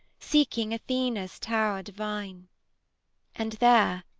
seeking athena's tower divine and there,